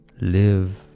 live